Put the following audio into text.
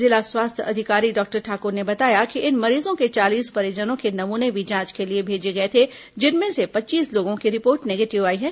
जिला स्वास्थ्य अधिकारी डॉक्टर ठाकुर ने बताया कि इन मरीजों के चालीस परिजनों के नमूने भी जांच के लिए भेजे गए थे जिनमें से पच्चीस लोगों की रिपोर्ट निगेटिव आई है